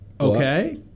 Okay